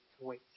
wait